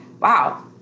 wow